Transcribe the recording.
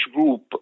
group